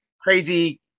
crazy